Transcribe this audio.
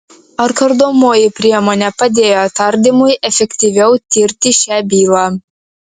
ar kardomoji priemonė padėjo tardymui efektyviau tirti šią bylą